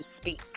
speak